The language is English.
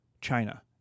China